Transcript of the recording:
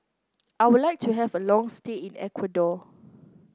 I would like to have a long stay in Ecuador